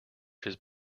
his